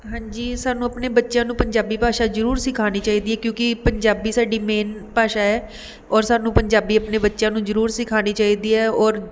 ਹਾਂਜੀ ਸਾਨੂੰ ਆਪਣੇ ਬੱਚਿਆਂ ਨੂੰ ਪੰਜਾਬੀ ਭਾਸ਼ਾ ਜ਼ਰੂਰ ਸਿਖਾਉਣੀ ਚਾਹੀਦੀ ਹੈ ਕਿਉਂਕਿ ਪੰਜਾਬੀ ਸਾਡੀ ਮੇਨ ਭਾਸ਼ਾ ਹੈ ਔਰ ਸਾਨੂੰ ਪੰਜਾਬੀ ਆਪਣੇ ਬੱਚਿਆਂ ਨੂੰ ਜ਼ਰੂਰ ਸਿਖਾਉਣੀ ਚਾਹੀਦੀ ਹੈ ਔਰ